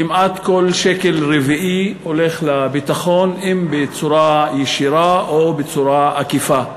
כמעט כל שקל רביעי הולך לביטחון אם בצורה ישירה או בצורה עקיפה,